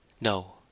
No